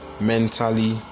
mentally